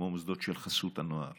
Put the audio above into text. כמו המוסדות של חסות הנוער